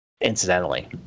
incidentally